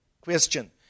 Question